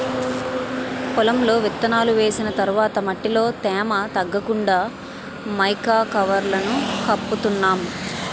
పొలంలో విత్తనాలు వేసిన తర్వాత మట్టిలో తేమ తగ్గకుండా మైకా కవర్లను కప్పుతున్నాం